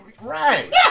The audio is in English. Right